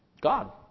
God